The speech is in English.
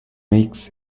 makes